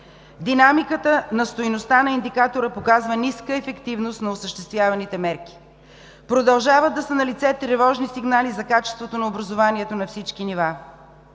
Динамиката на стойността на индикатора показва ниска ефективност на осъществяваните мерки. Продължават да са налице тревожни сигнали за качеството на образованието на всички нива.